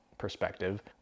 perspective